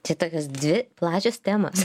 čia tokios dvi plačios temos